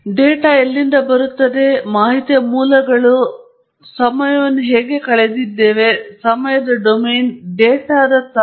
ನಾನು ನಿರೀಕ್ಷಿಸಬಹುದಾದ ಉತ್ತಮ ಗುಣಮಟ್ಟದ ವಿಶ್ಲೇಷಣೆ ಮತ್ತು ನಾನು ಬಳಸಬೇಕಾದ ರೀತಿಯ ವಿಶ್ಲೇಷಣಾ ಪರಿಕರಗಳು ಯಾವುದು ಎಂದು ಹೇಳಲು ಸಾಧ್ಯವಾಗುವಂತೆ ಅನೇಕ ಪ್ರಶ್ನೆಗಳನ್ನು ನಾವು ತಿಳಿದಿರಬೇಕಾಗುತ್ತದೆ ಮತ್ತು ನಾನು ಏನು ಹುಡುಕಬೇಕು